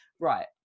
right